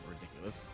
ridiculous